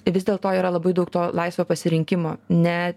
vis dėlto yra labai daug to laisvo pasirinkimo ne